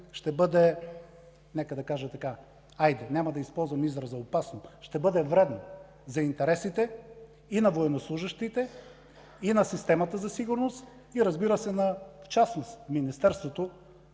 ще бъде, хайде, няма да използвам израза „опасно”, ще бъде вредно за интересите и на военнослужещите, и на системата за сигурност, и, разбира се, на част от Министерството,